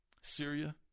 Syria